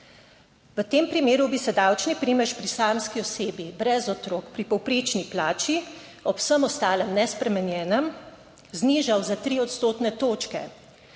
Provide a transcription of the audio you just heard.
V tem primeru bi se davčni primež pri samski osebi brez otrok pri povprečni plači ob vsem ostalem nespremenjenem znižal za tri odstotne točke,